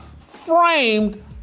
framed